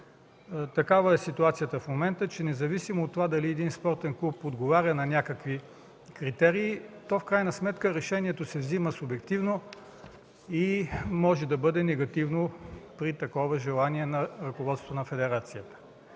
Такава е ситуацията в момента, че независимо от това дали един спортен клуб отговаря на някакви критерии, в крайна сметка решението се взема субективно и може да бъде негативно при такова желание на ръководството на федерацията.